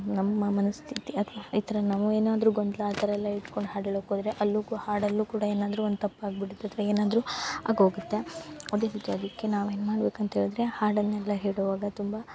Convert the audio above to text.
ನಮ್ಮ ಮನಸ್ಥಿತಿ ಅಥ್ವಾ ಈ ಥರ ನಮ್ಗೆ ಏನಾದರೂ ಗೊಂದಲ ಆ ಥರ ಎಲ್ಲ ಇಟ್ಕೊಂಡು ಹಾಡು ಹೇಳಕ್ಕೆ ಹೋದ್ರೆ ಅಲ್ಲೂ ಕು ಹಾಡಲ್ಲೂ ಕೂಡ ಏನಾದರೂ ಒಂದು ತಪ್ಪಾಗಿ ಬಿಡುತ್ತೆ ಅಥವಾ ಏನಾದರೂ ಆಗೋಗುತ್ತೆ ಅದಕ್ಕೆ ನಾವು ಏನು ಮಾಡ್ಬೇಕು ಅಂತ ಹೇಳಿದ್ರೆ ಹಾಡನ್ನೆಲ್ಲ ಹೇಳುವಾಗ ತುಂಬ